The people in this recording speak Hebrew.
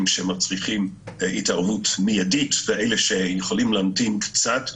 שמצריכים התערבות מידית ואלה שיכולים להמתין קצת.